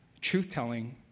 truth-telling